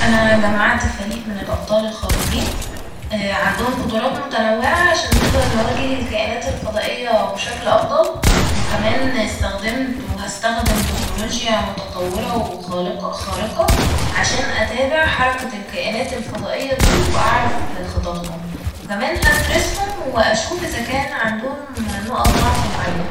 أنا جمعت فريق من الأبطال الخارقين عندهم قدرات متنوعة عشان نقدر نواجه الكائنات الفضائية بشكل أفضل وكمان استخدمت وهستخدم تكنولوجيا متطورة وخالقة- خارقة عشان أتابع حركة الكائنات الفضائية دي وأعرف خططهم ،وكمان هدرسهم وأشوف إذا كان عندهم نقط ضعف معينة